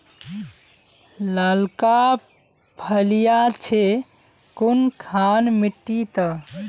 लालका फलिया छै कुनखान मिट्टी त?